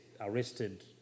arrested